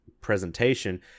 presentation